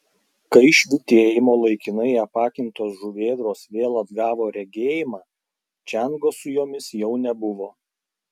kai švytėjimo laikinai apakintos žuvėdros vėl atgavo regėjimą čiango su jomis jau nebuvo